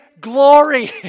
glory